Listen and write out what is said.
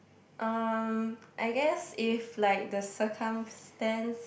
um I guess if like the circumstance